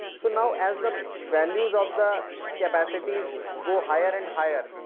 so now as the values of the capacities go higher and higher,